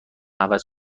عوض